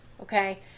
Okay